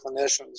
clinicians